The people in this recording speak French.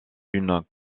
une